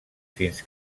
fins